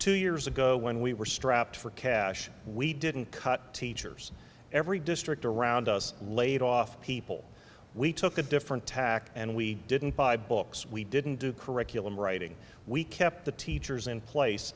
two years ago when we were strapped for cash we didn't cut teachers every district around us laid off people we took a different tack and we didn't buy books we didn't do curriculum writing we kept the teachers in place